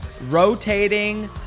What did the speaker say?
rotating